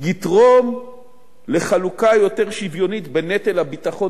שיתרום לחלוקה יותר שוויונית בנטל הביטחון